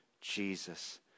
Jesus